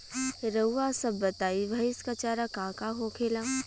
रउआ सभ बताई भईस क चारा का का होखेला?